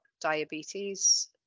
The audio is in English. diabetes